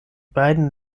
beiden